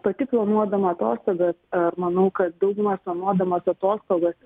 pati planuodama atostogas manau kad daugumas planuodamas atostogas